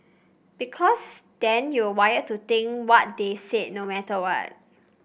because then you're wired to think what they said no matter what